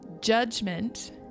judgment